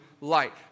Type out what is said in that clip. light